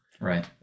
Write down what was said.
Right